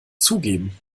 zugeben